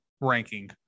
ranking